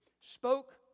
spoke